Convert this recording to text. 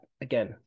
again